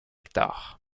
hectares